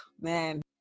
man